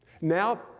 Now